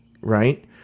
Right